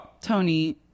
tony